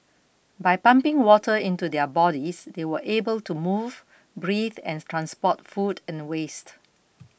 by pumping water into their bodies they will able to move breathe and transport food and waste